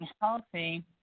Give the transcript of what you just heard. healthy